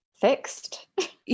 fixed